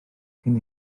cyn